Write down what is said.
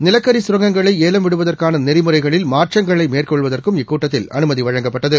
நிலக்கி கரங்கங்களை ஏலம் விடுவதற்கான நெறிமுறைகளில் மாற்றங்களை மேற்கொள்வதற்கும் இக்கூட்டத்தில் அனுமதி வழங்கப்பட்டது